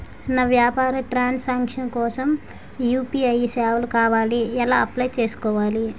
నా వ్యాపార ట్రన్ సాంక్షన్ కోసం యు.పి.ఐ సేవలు కావాలి ఎలా అప్లయ్ చేసుకోవాలి?